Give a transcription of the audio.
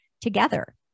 together